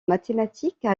mathématiques